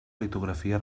litografia